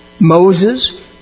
Moses